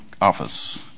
office